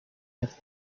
have